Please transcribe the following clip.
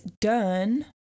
done